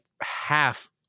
half